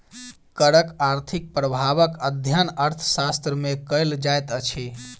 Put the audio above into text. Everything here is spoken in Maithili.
करक आर्थिक प्रभावक अध्ययन अर्थशास्त्र मे कयल जाइत अछि